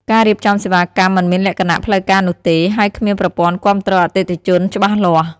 ការរៀបចំសេវាកម្មមិនមានលក្ខណៈផ្លូវការនោះទេ ហើយគ្មានប្រព័ន្ធគាំទ្រអតិថិជនច្បាស់លាស់។